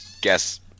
guess